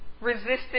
resisted